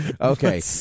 Okay